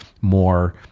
more